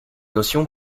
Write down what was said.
notion